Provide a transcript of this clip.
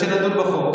כשנדון בחוק.